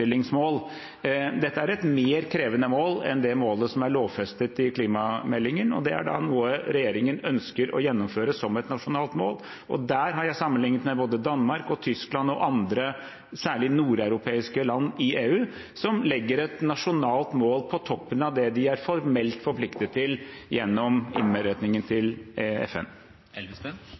Dette er et mer krevende mål enn det målet som er lovfestet i klimameldingen, og det er noe regjeringen ønsker å gjennomføre som et nasjonalt mål. Der har jeg sammenlignet med både Danmark, Tyskland og andre – særlig nordeuropeiske – land i EU som legger et nasjonalt mål på toppen av det de formelt er forpliktet til gjennom innberetningen til FN.